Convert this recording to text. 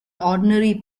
ordinary